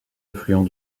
affluent